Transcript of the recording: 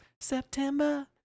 September